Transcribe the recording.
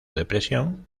depresión